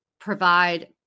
provide